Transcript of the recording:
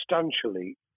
substantially